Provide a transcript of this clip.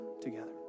together